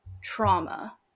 trauma